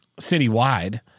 citywide